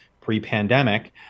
pre-pandemic